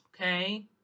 Okay